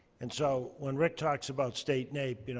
and so, when rick talks about state naep, and